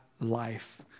life